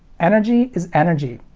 energy is energy.